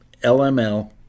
LML